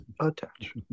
attach